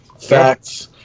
Facts